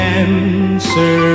answer